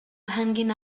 hanging